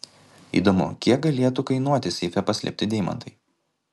įdomu kiek galėtų kainuoti seife paslėpti deimantai